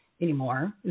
anymore